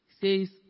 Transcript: says